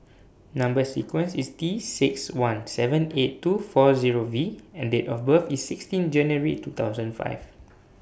Number sequence IS T six one seven eight two four Zero V and Date of birth IS sixteen January two thousand five